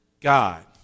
God